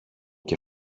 και